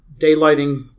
daylighting